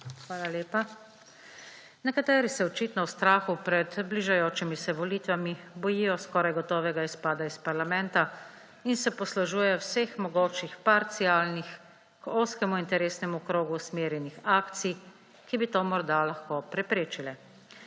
Hvala lepa. Nekateri se očitno v strahu pred bližajočimi se volitvami bojijo skoraj gotovega izpada iz parlamenta in se poslužujejo vseh mogočih parcialnih, ozkemu interesnemu krogu usmerjenih akcij, ki bi to morda lahko preprečile.